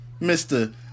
Mr